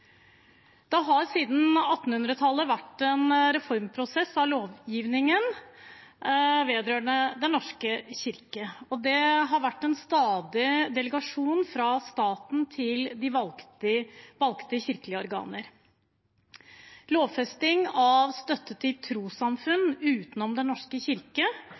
Det har siden 1800-tallet vært en reformprosess av lovgivningen vedrørende Den norske kirke. Det har vært en stadig delegasjon fra staten til de valgte kirkelige organer. Lovfesting av støtte til trossamfunn utenom Den norske kirke